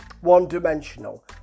one-dimensional